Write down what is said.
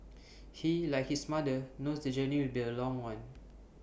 he like his mother knows the journey will be A long one